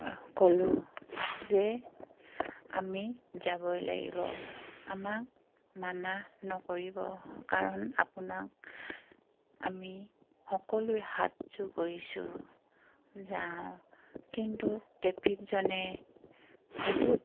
ক'লোঁ যে আমি যাবই লাগিব আমাক মানা নকৰিব কাৰণ আপোনাক আমি সকলোৱে হাতযোৰ কৰিছোঁ যাওঁ কিন্তু ট্ৰেফিকজনে বহুত